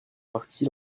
partie